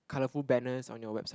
colorful banners on your website